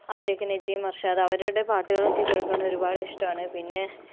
അവരെയൊക്കെ നജീം അർഷാദ് അവരുടെ പാട്ടുകളൊക്കെ കേൾക്കാൻ ഒരുപാട് ഇഷ്ടമാണ് പിന്നെ